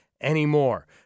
anymore